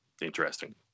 Interesting